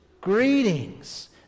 Greetings